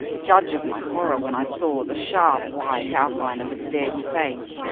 judge of my horror when i saw the sharp white outline of a dead face,